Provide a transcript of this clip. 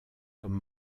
comme